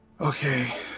Okay